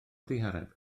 ddihareb